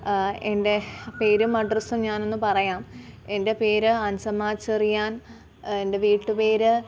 എൻ്റെ പേരും അഡ്രസ്സും ഞാനൊന്നു പറയാം എൻ്റെ പേര് അൻസമ്മ ചെറിയാൻ എൻ്റെ വീട്ടുപേര്